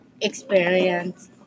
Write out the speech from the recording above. experience